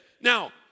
Now